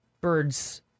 birds